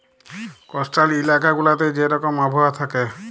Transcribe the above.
coastal ইলাকা গুলাতে যে রকম আবহাওয়া থ্যাকে